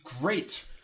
great